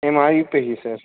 M I پہ ہی سر